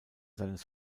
seines